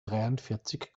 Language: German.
dreiundvierzig